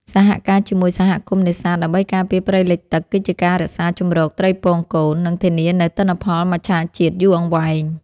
សហការជាមួយសហគមន៍នេសាទដើម្បីការពារព្រៃលិចទឹកគឺជាការរក្សាជម្រកត្រីពងកូន និង ធានានូវទិន្នផលមច្ឆជាតិយូរអង្វែង។